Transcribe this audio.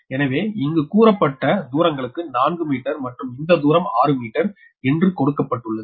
எனவே இங்கு கூறப்பட்டு தூரங்களுக்கு 4 மீட்டர் மற்றும் இந்த தூரம் 6 மீட்டர் என்று கொடுக்கப்பட்டுள்ளது